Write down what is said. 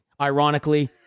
Ironically